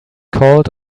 called